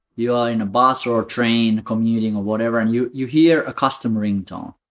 you're in a bus or a train commuting or whatever and you you hear a custom ringtone.